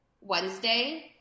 Wednesday